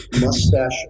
Mustache